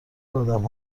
آدم